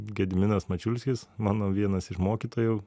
gediminas mačiulskis mano vienas iš mokytojų